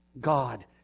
God